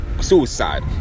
suicide